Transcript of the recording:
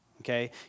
okay